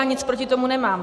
Nic proti tomu nemám.